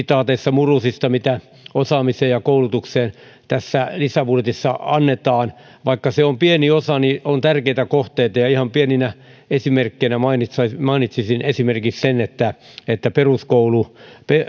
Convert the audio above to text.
murusista mitä osaamiseen ja koulutukseen tässä lisäbudjetissa annetaan vaikka se on pieni osa niin on tärkeitä kohteita ja ihan pienenä esimerkkinä mainitsisin mainitsisin sen että että